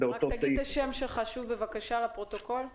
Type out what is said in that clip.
פסקה (3)